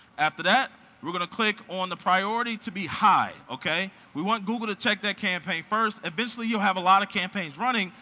after that we're gonna click on the priority to be high. we want google to check that campaign first. eventually you'll have a lot of campaigns running,